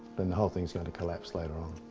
then the whole thing's going to collapse later on.